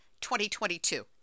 2022